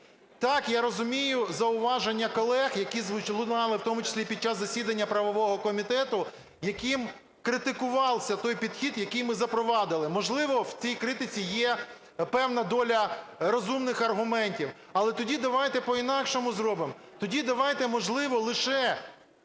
Так, я розумію зауваження колег, які лунали в тому числі і під час засідання правового комітету, якими критикувався той підхід, який ми запровадили. Можливо, в цій критиці є певна доля розумних аргументів. Але тоді давайте по-інакшому зробимо. Тоді давайте, можливо, лише